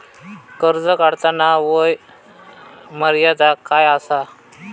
कर्ज काढताना वय मर्यादा काय आसा?